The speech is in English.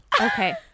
Okay